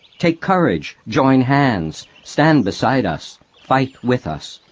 take courage join hands stand beside us fight with us.